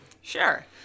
Sure